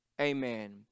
amen